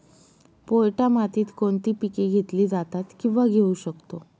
पोयटा मातीत कोणती पिके घेतली जातात, किंवा घेऊ शकतो?